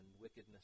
wickedness